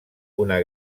una